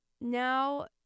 Now